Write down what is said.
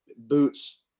Boots